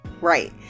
right